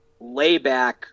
layback